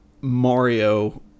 Mario